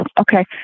Okay